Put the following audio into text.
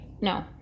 no